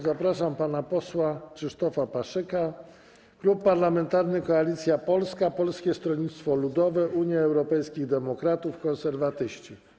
Zapraszam pana posła Krzysztofa Paszyka, Klub Parlamentarny Koalicja Polska - Polskie Stronnictwo Ludowe, Unia Europejskich Demokratów, Konserwatyści.